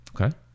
Okay